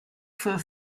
für